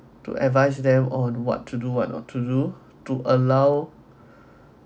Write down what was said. to advise them on what to do what not to do to allow